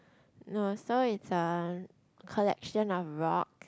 no so it's a collection of rock